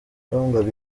bahungaga